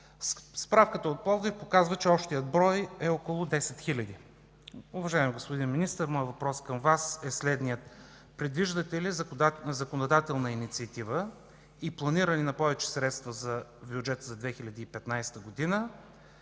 Справката от Пловдив показва, че общият брой на правоимащи е около 10 хиляди. Уважаеми господин Министър, моят въпрос към Вас е следният – предвиждате ли законодателна инициатива и планиране на повече средства в бюджет 2015 г. за